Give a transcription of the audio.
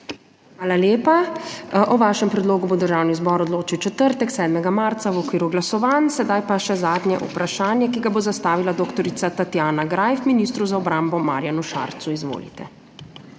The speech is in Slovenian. Hvala lepa. O vašem predlogu bo Državni zbor odločil v četrtek, 7. marca, v okviru glasovanj. Sedaj pa še zadnje vprašanje, ki ga bo zastavila dr. Tatjana Greif ministru za obrambo Marjanu Šarcu. Izvolite.